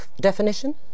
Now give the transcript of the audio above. definition